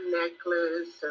necklace